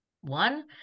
one